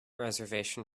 reservation